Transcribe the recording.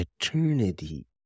eternity